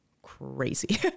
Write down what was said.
crazy